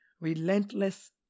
Relentless